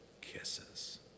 kisses